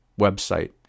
website